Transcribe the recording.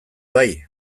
bai